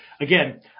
again